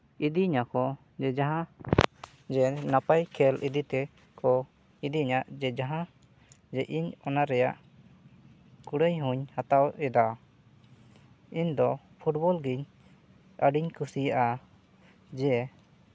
ᱤᱫᱤᱧᱟᱹ ᱠᱚ ᱡᱟᱦᱟᱸ ᱡᱮ ᱱᱟᱯᱟᱭ ᱠᱷᱮᱞ ᱤᱫᱤᱛᱮ ᱠᱚ ᱤᱫᱤᱧᱟᱹ ᱡᱮ ᱡᱟᱦᱟᱸ ᱤᱧ ᱚᱱᱟ ᱨᱮᱭᱟᱜ ᱠᱩᱲᱟᱹᱭ ᱦᱚᱸᱧ ᱦᱟᱛᱟᱣᱮᱫᱟ ᱤᱧ ᱫᱚ ᱯᱷᱩᱴᱵᱚᱞ ᱜᱮᱧ ᱟᱹᱰᱤᱧ ᱠᱩᱥᱤᱭᱟᱜᱼᱟ ᱡᱮ